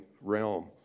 realm